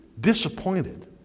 disappointed